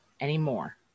anymore